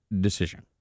decision